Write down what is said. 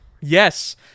Yes